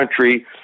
country